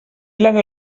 lange